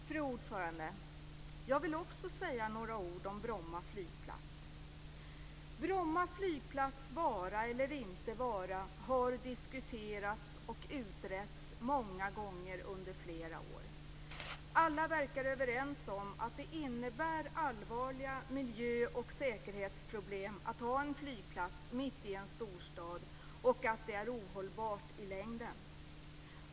Fru talman! Jag vill också säga några ord om Bromma flygplats vara eller inte vara har diskuterats och utretts många gånger under flera år. Alla verkar överens om att det innebär allvarliga miljöoch säkerhetsproblem att ha en flygplats mitt i en storstad och att det är ohållbart i längden.